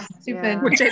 stupid